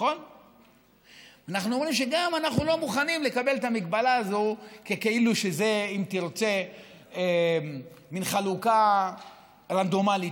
ברוח הדברים, ככל יכולתו כדי להבטיח שהרפורמה הזאת